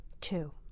Two